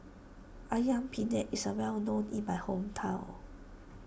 Ayam Penyet is well known in my hometown